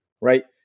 right